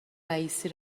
رییسی